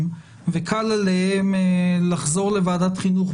ראש וקל עליהם לחזור לוועדת החינוך,